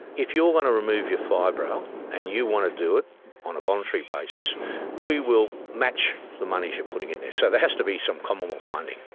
if you want to remove your fibro and you want to do it on a voluntary basis we will match the money you're putting in there, so there has to be some commonwealth funding.